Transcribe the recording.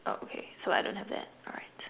oh okay so I don't have that alright